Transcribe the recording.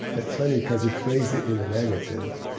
that's funny because you phrased it in the negative.